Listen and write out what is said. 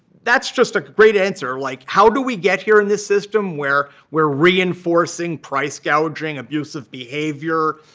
that's just a great answer. like how do we get here in this system, where we're reinforcing price gouging, abusive behavior,